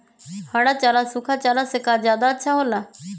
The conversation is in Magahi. हरा चारा सूखा चारा से का ज्यादा अच्छा हो ला?